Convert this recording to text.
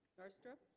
north strip